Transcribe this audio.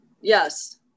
Yes